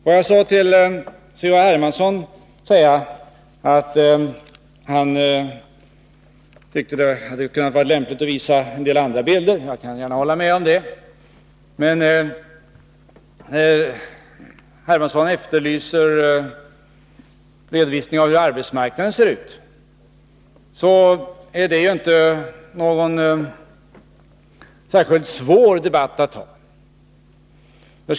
Carl-Henrik Hermansson tyckte att det varit lämpligt om jag hade visat en del andra bilder. Jag kan hålla med om det. Carl-Henrik Hermansson efterlyser en redovisning av hur arbetsmarknaden ser ut. Det är inte svårt att lämna den redovisningen och föra en debatt om den frågan.